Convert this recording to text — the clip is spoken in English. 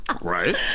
Right